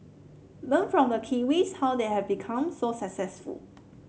learn from the Kiwis how they have become so successful